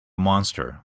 monster